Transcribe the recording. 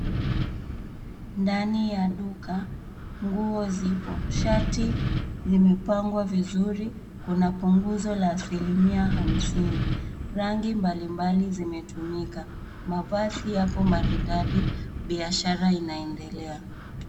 Ndani ya duka. Nguo zipo. Shati zimepangwa vizuri. Kuna punguzo la asilimia hamsini. Rangi mbalimbali zimetumika. Mavazi yapo maridadi. Biashara inaendelea.